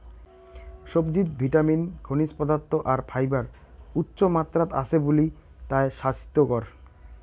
সবজিত ভিটামিন, খনিজ পদার্থ আর ফাইবার উচ্চমাত্রাত আছে বুলি তায় স্বাইস্থ্যকর